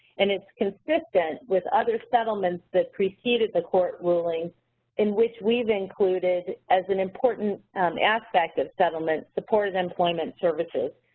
and it's consistent with other settlements that preceded the court ruling in which we've included as an important aspect of settlement in support of employment services.